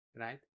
Right